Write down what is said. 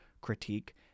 critique